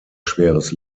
schweres